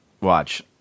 watch